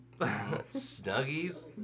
snuggies